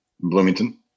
Bloomington